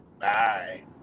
Bye